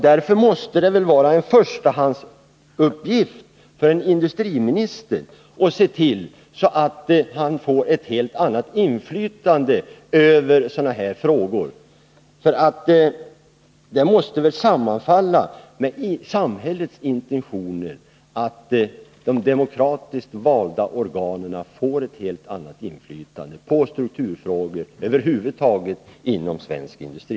Därför måste det vara en förstahandsuppgift för en industriminister att se till att han får ett helt annat inflytande över frågor av detta slag. Det måste väl sammanfalla med samhällets intentioner att de demokratiskt valda organen får ett helt annat inflytande på strukturfrågor över huvud taget inom svensk industri.